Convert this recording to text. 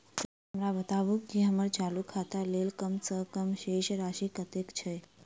कृपया हमरा बताबू की हम्मर चालू खाता लेल कम सँ कम शेष राशि कतेक छै?